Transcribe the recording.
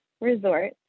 Resort